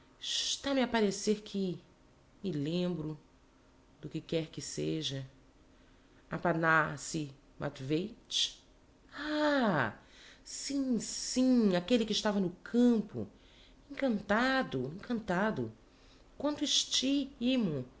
parecer que me lembro do que quer que seja aphana assi matvei tch ah sim sim aquelle que estava no campo encantado encantado quanto esti